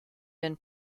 been